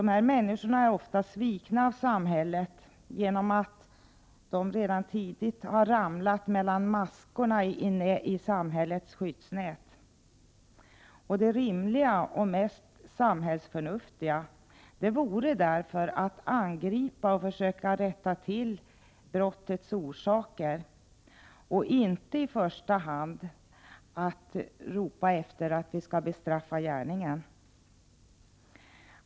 De här människorna är ofta svikna av samhället. Redan tidigt har de ramlat mellan maskorna i samhällets skyddsnät. Det rimliga och mest samhällsförnuftiga vore därför att försöka komma till rätta med brottets orsaker och inte i första hand att ropa efter straff för gärningen.